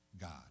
God